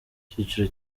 icyiciro